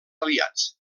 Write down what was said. aliats